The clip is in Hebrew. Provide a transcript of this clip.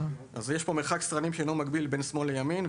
למשל מרחק סרנים שאינו מקביל בין שמאל לימין,